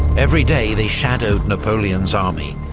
every day they shadowed napoleon's army,